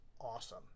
awesome